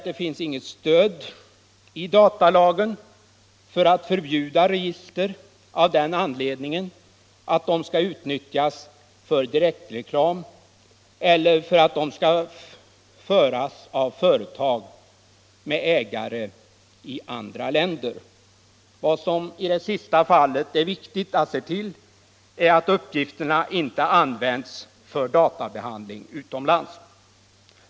Det finns inget stöd i datalagen för att förbjuda register av den anledningen att de skall utnyttjas för direktreklam eller föras av företag med ägare i andra länder. Vad som i det sistnämnda fallet är viktigt att se till är att uppgifterna inte används för databehandling utomlands.